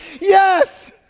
Yes